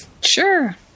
Sure